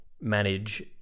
manage